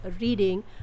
reading